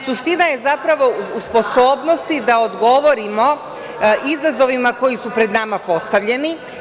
Suština je zapravo u sposobnosti da odgovorimo izazovima koji su pred nama postavljeni.